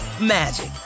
magic